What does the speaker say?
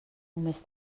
només